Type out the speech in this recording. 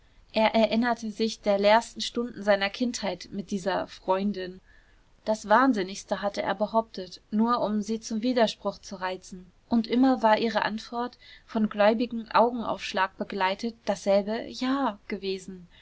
er erinnerte sich der leersten stunden seiner kindheit mit dieser freundin das wahnsinnigste hatte er behauptet nur um sie zum widerspruch zu reizen und immer war ihre antwort von gläubigem augenaufschlag begleitet dasselbe ja gewesen